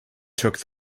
took